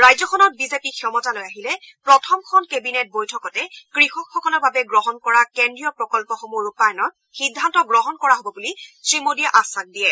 ৰাজ্যখনত বিজেপি ক্ষমতালৈ আহিলে প্ৰথমখন কেবিনেট বৈঠকতে কৃষকসকলৰ বাবে গ্ৰহণ কৰা কেন্দ্ৰীয় প্ৰকল্পসমূহ ৰূপায়ণৰ সিদ্ধান্ত গ্ৰহণ কৰা হ'ব বুলি শ্ৰী মোদীয়ে আধাস দিয়ে